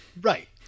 Right